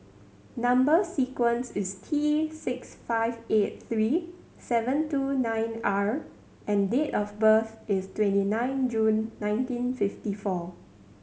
number sequence is T six five eight three seven two nine R and date of birth is twenty nine June nineteen fifty four